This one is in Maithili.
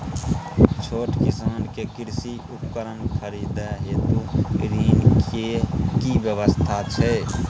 छोट किसान के कृषि उपकरण खरीदय हेतु ऋण के की व्यवस्था छै?